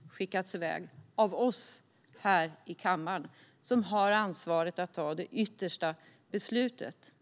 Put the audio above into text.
De har skickats iväg av oss här i kammaren, som har ansvaret att ta det yttersta beslutet.